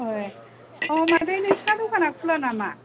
ए अ मादै नोंसोरना दखाना खुला नामा